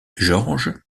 georges